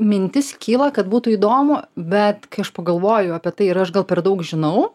mintis kyla kad būtų įdomu bet kai aš pagalvoju apie tai ir aš gal per daug žinau